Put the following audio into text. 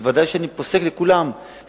ודאי שאני פוסק לכולם,